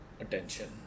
attention